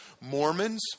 Mormons